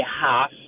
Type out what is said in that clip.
half